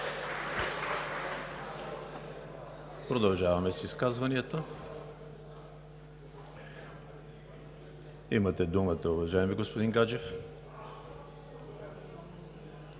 Продължаваме с изказванията. Имате думата, уважаеми господин Гаджев.